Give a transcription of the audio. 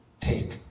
take